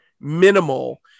minimal